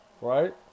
Right